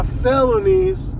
felonies